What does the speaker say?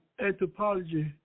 anthropology